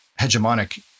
hegemonic